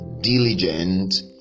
diligent